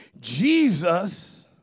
jesus